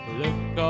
look